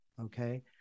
okay